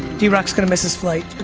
d rock's gonna miss his flight.